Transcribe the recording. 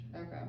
Okay